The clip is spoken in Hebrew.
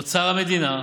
אוצר המדינה,